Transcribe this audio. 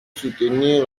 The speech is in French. soutenir